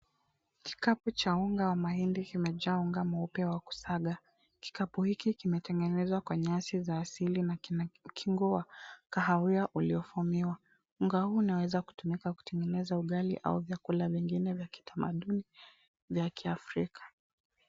Kikapu cha unga wa mahindi kimejaa unga mweupe wa kusiaga. Kikapu hiki kimetengenezwa kwa nyasi za asili na kina kingo wa kahawia uliofumiwa. Unga huu unaweza kutumika kutengeneza ugali au vyakula vingine vya kitamaduni vya Kiafrika.